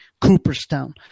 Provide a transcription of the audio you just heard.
Cooperstown